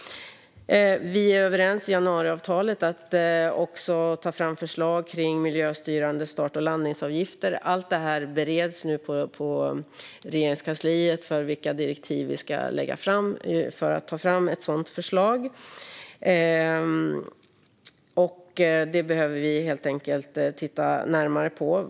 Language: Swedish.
Vi är överens i januariavtalet om att ta fram förslag om miljöstyrande start och landningsavgifter. Allt det här bereds nu på Regeringskansliet för att se vilka direktiv vi ska lägga fram för att ta fram ett sådant förslag. Det behöver vi titta närmare på.